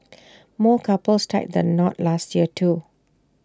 more couples tied the knot last year too